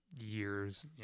years